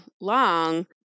long